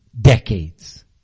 decades